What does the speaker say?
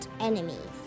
enemies